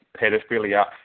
pedophilia